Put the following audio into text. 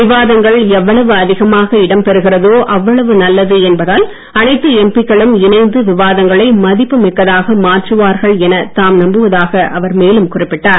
விவாதங்கள் எவ்வளவு அதிகமாக இடம்பெறுகிறதோ அவ்வளவு நல்லது என்பதால் அனைத்து எம்பிக்களும் இணைந்து விவாதங்களை மதிப்பு மிக்கதாக மாற்றுவார்கள் எனத் தாம் நம்புவதாக அவர் மேலும் குறிப்பிட்டார்